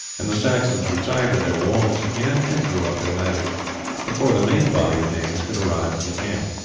and the saxons retired to their walls again and drew up their ladders before the main body of danes could arrive from the camp.